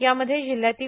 यामध्ये जिल्हयातील